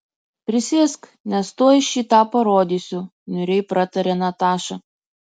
prisėsk nes tuoj šį tą parodysiu niūriai pratarė nataša